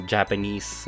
Japanese